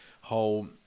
whole